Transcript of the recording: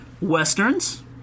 westerns